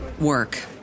work